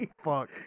fuck